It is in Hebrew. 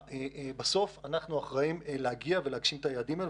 אבל בסוף אנחנו אלה שאחראים להגשים את היעדים האלה,